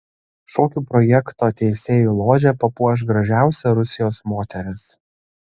šokių projekto teisėjų ložę papuoš gražiausia rusijos moteris